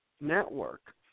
Network